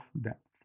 depth